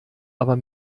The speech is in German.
aber